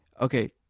Okay